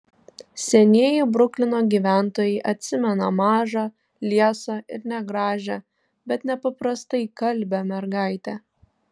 senieji bruklino gyventojai atsimena mažą liesą ir negražią bet nepaprastai kalbią mergaitę